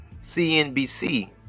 CNBC